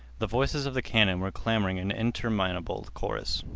the voices of the cannon were clamoring in interminable chorus.